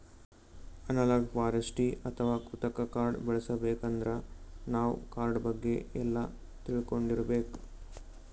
analogue forestry ಅಥವಾ ಕೃತಕ್ ಕಾಡ್ ಬೆಳಸಬೇಕಂದ್ರ ನಾವ್ ಕಾಡ್ ಬಗ್ಗೆ ಎಲ್ಲಾ ತಿಳ್ಕೊಂಡಿರ್ಬೇಕ್